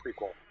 prequel